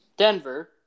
Denver